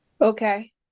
Okay